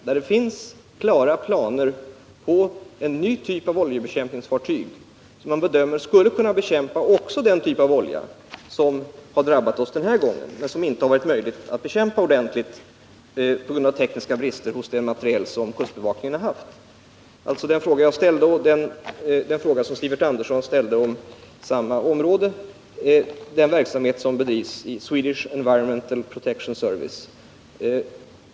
Där finns det klara planer på en ny typ av oljebekämpningsfartyg, som man bedömer skall kunna bekämpa även den typ av olja som har drabbat oss denna gång men som det, på grund av tekniska brister hos den materiel som kustbevakningen har haft, inte har varit möjligt att ordentligt bekämpa. Jag och Sivert Andersson ställde frågor inom samma område, nämligen beträffande den verksamhet som bedrivs inom Swedish Environmental Protection Service.